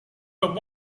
but